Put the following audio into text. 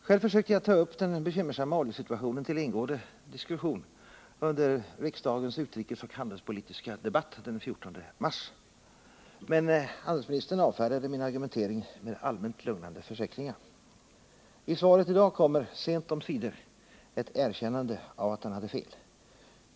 Själv försökte jag ta upp den bekymmersamma oljesituationen till ingående diskussion under riksdagens utrikesoch handelspolitiska debatt den 14 mars, men handelsministern avfärdade min argumentering med allmänt lugnande försäkringar. I svaret i dag kommer sent omsider ett erkännande av att han hade fel.